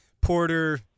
Porter